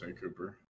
Cooper